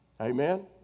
Amen